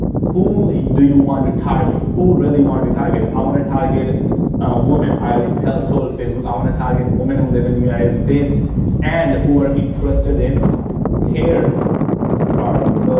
who do you want to target? who really wanted to target? i want to target women. i always tell, told facebook, i want to target women who live in the united states and who are interested in hair products. so,